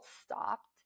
stopped